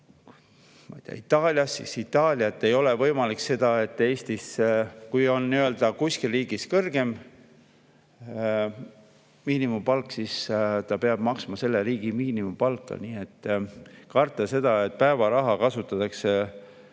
ma ei tea, Itaalias, siis Itaalias ei ole võimalik seda, et Eestis … Kui on kuskil riigis kõrgem miinimumpalk, siis ta peab maksma selle riigi miinimumpalka. Nii et karta seda, et päevaraha kasutatakse maksuvaba